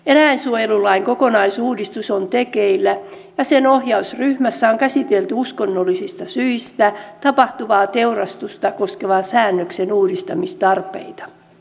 eläinsuojelulain kokonaisuudistus on tekeillä ja sen ohjausryhmässä on käsitelty uskonnollisista syistä tapahtuvaa teurastusta koskevan säännöksen uudistamistarpeita